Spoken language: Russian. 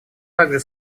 также